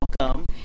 welcome